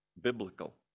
biblical